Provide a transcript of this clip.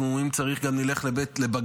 אם צריך, אנחנו גם נלך לבג"ץ,